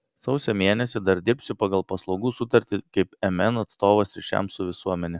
sausio mėnesį dar dirbsiu pagal paslaugų sutartį kaip mn atstovas ryšiams su visuomene